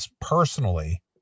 personally